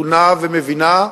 מתונה ומבינה,